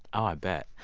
ah i bet.